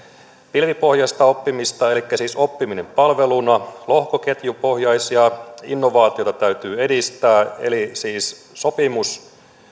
pilvipohjaistaa oppimista elikkä siis oppiminen palveluna lohkoketjupohjaisia innovaatioita täytyy edistää eli siis sopimuksia